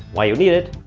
why you need it,